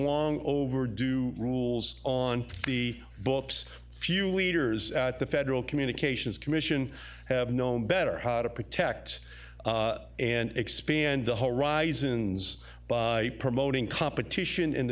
long overdue rules on the books few leaders at the federal communications commission have known better how to protect and expand the horizons by promoting competition in